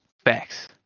Facts